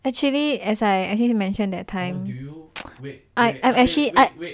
actually as I actually mentioned that time I I'm actually